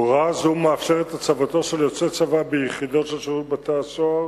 הוראה זו מאפשרת את הצבתו של יוצא צבא ביחידות של שירות בתי-הסוהר